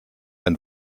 ein